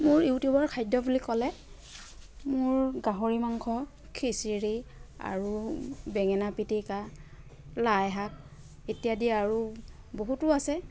মোৰ ইউটিউবৰ খাদ্য বুলি ক'লে মোৰ গাহৰি মাংস খিচিৰি আৰু বেঙেনা পিটিকা লাই শাক ইত্যাদি আৰু বহুতো আছে